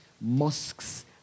mosques